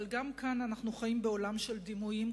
אבל גם כאן אנחנו חיים בעולם של דימויים,